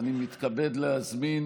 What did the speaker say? אני מתכבד להזמין,